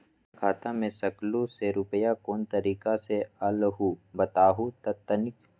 हमर खाता में सकलू से रूपया कोन तारीक के अलऊह बताहु त तनिक?